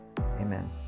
Amen